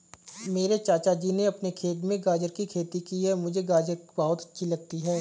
मेरे चाचा जी ने अपने खेत में गाजर की खेती की है मुझे गाजर बहुत अच्छी लगती है